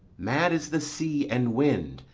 mad as the sea and wind,